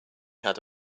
had